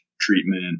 treatment